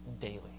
daily